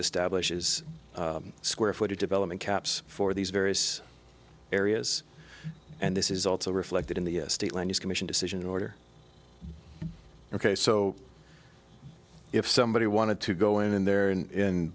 establishes square footage development caps for these various areas and this is also reflected in the state land use commission decision order ok so if somebody wanted to go in there in